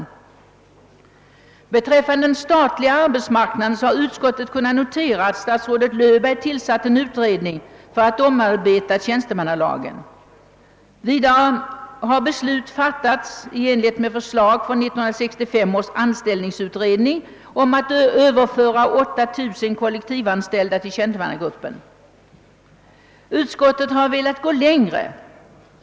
z, Beträffande den statliga arbetsmarknaden har utskottet kunnat notera att statsrådet Löfberg tillsatt en utredning för att omarbeta tjänstemannalagen. Vidare har beslut fattats i enlighet med förslag från 1965 års anställningsutredning om att överföra 8 000 kollektivavtalsanstälida till tjänstemannagruppen. Utskottet har velat gå längre.